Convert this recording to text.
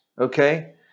Okay